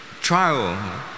trial